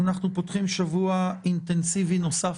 אנחנו פותחים שבוע אינטנסיבי נוסף,